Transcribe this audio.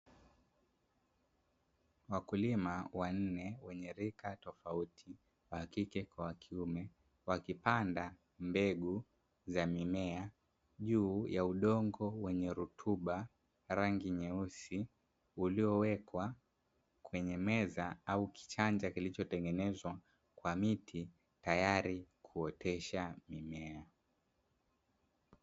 Wakulima wanne wenye rika tofauti, wa kike kwa wa kiume, wakipanda mbegu za mimea juu ya udongo wenye rutuba, rangi nyeusi, uliowekwa kwenye meza au kichanja kilichotengenezwa kwa miti, tayari kuotesha mimea.